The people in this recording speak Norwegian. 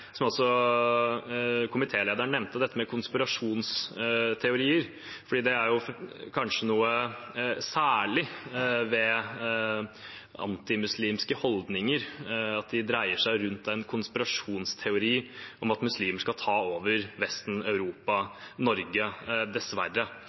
som også komitélederen nevnte. Det er kanskje noe særlig ved antimuslimske holdninger. De dreier seg rundt en konspirasjonsteori om at muslimer skal ta over Vesten, Europa